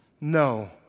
No